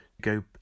go